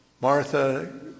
Martha